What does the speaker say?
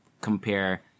compare